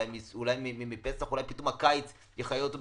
אולי בפסח ואולי הקיץ פתאום יחיה אותו מחדש.